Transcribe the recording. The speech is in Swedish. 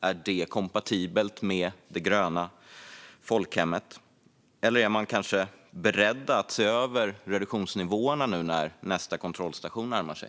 Är det kompatibelt med det gröna folkhemmet, eller är man kanske beredd att se över reduktionsnivåerna nu när nästa kontrollstation närmar sig?